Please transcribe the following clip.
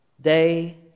day